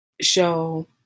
show